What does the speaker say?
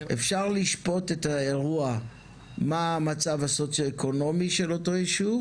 אפשר לשפוט את האירוע מה המצב הסוציואקונומי של אותו ישוב?